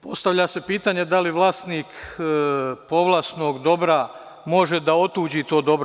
Postavlja se pitanje - da li vlasnik povlasnog dobra može da otuđi ta dobro?